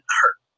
hurt